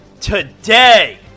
today